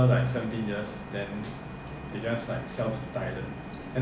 trucks lorry commercial vehicle right